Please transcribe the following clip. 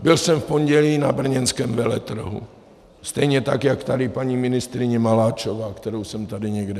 Byl jsem v pondělí na brněnském veletrhu, stejně tak jak tady paní ministryně Maláčová, kterou jsem tady někde viděl.